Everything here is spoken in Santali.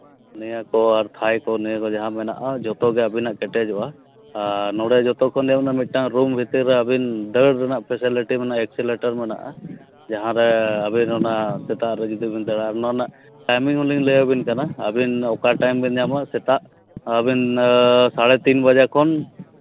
ᱱᱤᱭᱟᱹ ᱠᱚ ᱛᱷᱟᱭ ᱠᱚ ᱡᱟᱦᱟᱸ ᱞᱮᱠᱟ ᱟᱹᱵᱤᱱᱟᱜ ᱢᱮᱱᱟᱜᱼᱟ ᱡᱚᱛᱚᱜᱮ ᱟᱹᱵᱤᱱᱟᱜ ᱠᱮᱴᱮᱡᱚᱜᱼᱟ ᱟᱨ ᱱᱚᱰᱮ ᱡᱚᱛᱚ ᱠᱷᱚᱱ ᱡᱟᱦᱟᱸ ᱢᱤᱫᱴᱟᱹᱱ ᱨᱩᱢ ᱵᱷᱤᱛᱤᱨ ᱨᱮ ᱟᱹᱵᱤᱱ ᱫᱟᱹᱲ ᱨᱮᱱᱟᱜ ᱯᱷᱮᱥᱤᱞᱤᱴᱤ ᱢᱮᱱᱟᱜᱼᱟ ᱮᱠᱥᱮᱞᱮᱴᱟᱨ ᱢᱮᱱᱟᱜᱼᱟ ᱡᱟᱦᱟᱸ ᱨᱮ ᱟᱹᱵᱤᱱ ᱚᱱᱟ ᱥᱮᱛᱟᱜ ᱨᱮ ᱡᱩᱫᱤ ᱵᱤᱱ ᱫᱟᱹᱲᱟ ᱚᱱᱟ ᱨᱮᱱᱟᱜ ᱴᱟᱭᱢᱤᱝ ᱦᱚᱸ ᱞᱤᱧ ᱞᱟᱹᱭ ᱟᱹᱵᱤᱱ ᱠᱟᱱᱟ ᱟᱹᱵᱤᱱ ᱚᱠᱟ ᱴᱟᱭᱤᱢ ᱵᱤᱱ ᱧᱟᱢᱟ ᱥᱮᱛᱟᱜ ᱥᱟᱲᱮ ᱛᱤᱱ ᱵᱟᱡᱮ ᱠᱷᱚᱱ